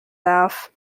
darf